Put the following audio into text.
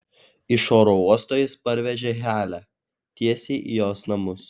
iš oro uosto jis parvežė halę tiesiai į jos namus